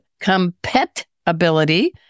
Competability